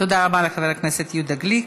תודה רבה לחבר הכנסת יהודה גליק.